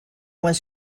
was